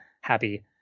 happy